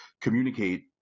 communicate